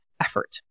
effort